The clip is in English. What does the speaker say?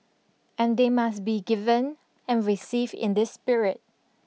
and they must be given and received in this spirit